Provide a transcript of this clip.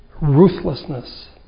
ruthlessness